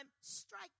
strike